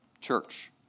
church